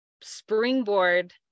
springboard